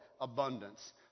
abundance